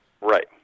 Right